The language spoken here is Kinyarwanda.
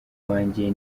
wanjye